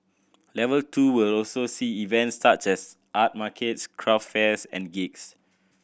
level two will also see events such as art markets craft fairs and gigs